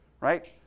right